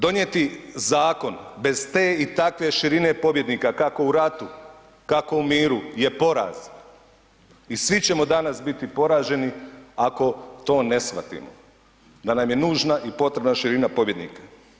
Donijeti zakon bez te i takve širine pobjednika kako u ratu, kako u miru je poraz i svi ćemo danas biti poraženi ako to ne shvatimo da nam je nužna i potreba širina pobjednika.